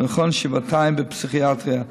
ונכון שבעתיים בפסיכיאטריה.